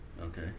Okay